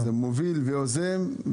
הוא מוביל ויוזם,